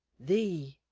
the,